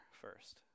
first